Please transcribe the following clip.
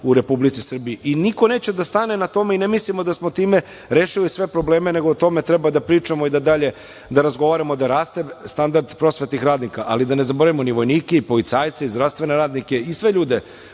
u Republici Srbiji. I, niko neće da stane na tome, ne mislimo da smo time rešili sve probleme nego o tome treba da pričamo da dalje, da razgovaramo, da raste standard prosvetnih radnika, ali da ne zaboravimo ni vojnike, ni policajce, ni zdravstvene radnike i sve ljude